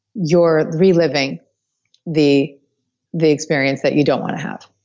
you're reliving the the experience that you don't want to have.